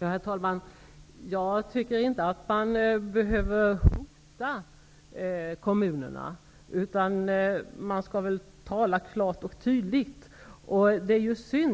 Herr talman! Jag tycker inte att man behöver hota kommunerna, utan man skall väl tala klart och tydligt.